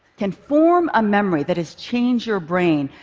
can form a memory that has changed your brain,